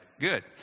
good